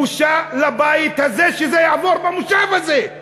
בושה לבית הזה שזה יעבור במושב הזה.